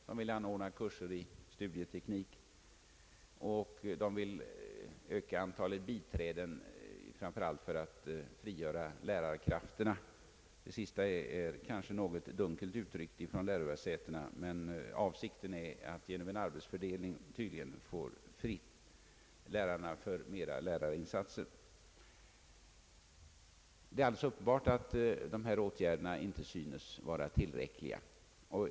De har önskat ordna kurser i studieteknik och öka antalet biträden för att frigöra lärarkrafter. Det sista är kanske litet dunkelt uttryckt, men avsikten är tydligen att genom en arbetsfördelning få lärarna mera fria för lärarinsatser. Det är alltså uppenbart, att dessa av departementet föreslagna åtgärder inte är tillräckliga.